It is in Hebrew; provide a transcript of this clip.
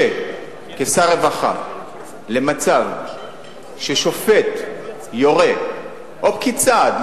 כשר הרווחה מצב ששופט או פקיד סעד,